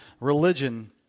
religion